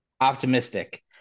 optimistic